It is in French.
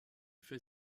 fait